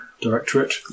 directorate